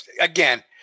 Again